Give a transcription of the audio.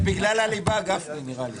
זה בגלל הליבה, גפני, נראה לי.